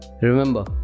Remember